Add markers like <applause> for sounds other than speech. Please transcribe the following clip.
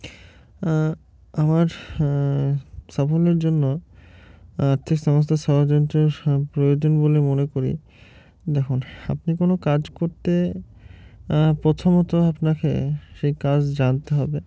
আমার সাফল্যের জন্য আর্থিক সমস্যা <unintelligible> প্রয়োজন বলে মনে করি দেখুন আপনি কোনো কাজ করতে প্রথমত আপনাকে সেই কাজ জানতে হবে